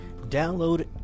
Download